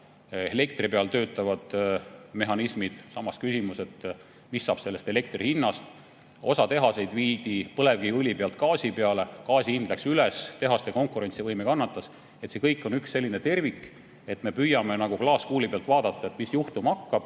elektri peal töötavad mehhanismid, aga samas on ka küsimus, mis saab elektri hinnast. Osa tehaseid viidi põlevkiviõli pealt gaasi peale, gaasi hind läks üles, tehaste konkurentsivõime kannatas. See kõik on üks tervik, aga me praegu püüame nagu klaaskuuli pealt vaadata, mis juhtuma hakkab,